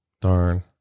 Darn